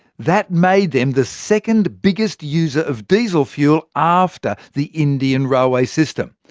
that made them the second biggest user of diesel fuel, after the indian railway system.